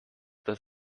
das